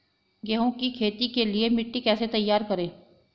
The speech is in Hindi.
गेहूँ की खेती के लिए मिट्टी कैसे तैयार करें?